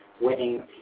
winning